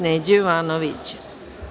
Neđe Jovanovića.